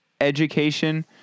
education